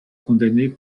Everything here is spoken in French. condamnés